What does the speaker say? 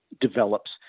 develops